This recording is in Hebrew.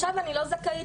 עכשיו אני לא זכאית,